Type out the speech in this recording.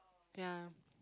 ya